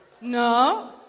No